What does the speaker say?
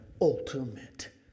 ultimate